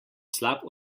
slab